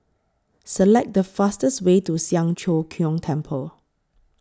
Select The fastest Way to Siang Cho Keong Temple